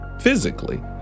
physically